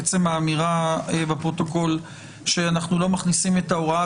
עצם האמירה בפרוטוקול שאנחנו לא מכניסים את ההוראה